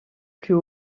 plus